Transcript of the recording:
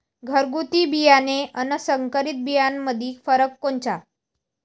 घरगुती बियाणे अन संकरीत बियाणामंदी फरक कोनचा?